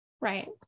right